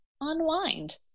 unwind